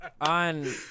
On